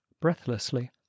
breathlessly